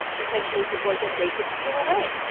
um potentially support that they could peel away?